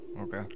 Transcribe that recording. okay